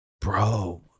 Bro